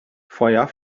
feuer